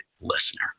listener